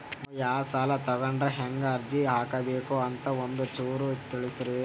ನಾವು ಯಾ ಸಾಲ ತೊಗೊಂಡ್ರ ಹೆಂಗ ಅರ್ಜಿ ಹಾಕಬೇಕು ಅಂತ ಒಂಚೂರು ತಿಳಿಸ್ತೀರಿ?